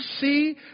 see